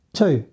two